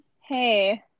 Hey